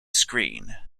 screen